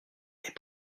est